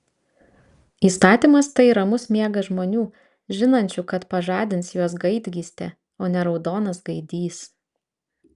įstatymas tai ramus miegas žmonių žinančių kad pažadins juos gaidgystė o ne raudonas gaidys